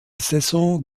saison